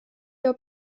jau